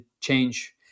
change